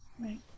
Right